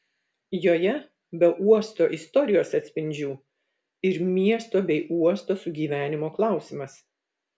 joje be uosto istorijos atspindžių ir miesto bei uosto sugyvenimo klausimas